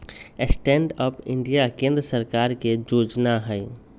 stand up India केंद्र सरकार के जोजना हइ